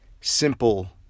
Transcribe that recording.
simple